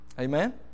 Amen